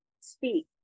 speak